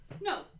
No